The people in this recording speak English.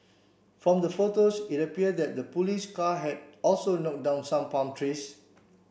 from the photos it appeared that the police car had also knock down some palm trees